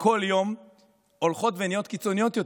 כל יום הולכות ונהיות קיצוניות יותר,